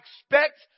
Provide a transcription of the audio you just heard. expect